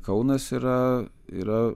kaunas yra yra